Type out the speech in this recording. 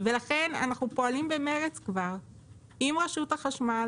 ולכן אנחנו פועלים במרץ עם רשות החשמל